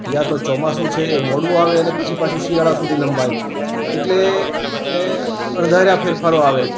યા તો ચોમાસુ છે એ મોડું આવે અને પછી પાછું શિયાળા સુધી લંબાય એટલે એ અણધાર્યા ફેરફારો આવે